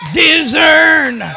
discern